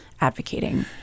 advocating